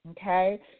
Okay